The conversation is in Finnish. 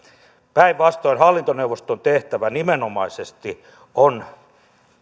päinvastoin hallintoneuvoston tehtävä nimenomaisesti on